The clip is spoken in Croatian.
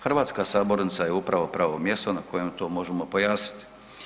Hrvatska sabornica je upravo pravo mjesto na kojem to možemo pojasniti.